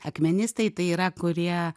akmenistai tai yra kurie